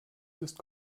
ist